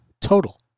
total